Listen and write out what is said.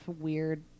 weird